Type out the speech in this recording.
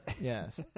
Yes